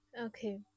Okay